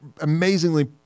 amazingly